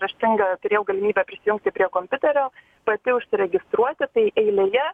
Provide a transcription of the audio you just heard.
raštinga turėjau galimybę prisijungti prie kompiuterio pati užsiregistruoti tai eilėje